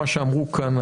מה שאמרו כאן,